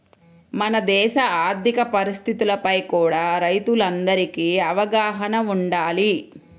మన దేశ ఆర్ధిక పరిస్థితులపై కూడా రైతులందరికీ అవగాహన వుండాలి